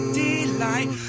delight